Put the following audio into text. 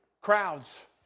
crowds